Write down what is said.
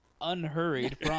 unhurried